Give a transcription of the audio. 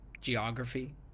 Geography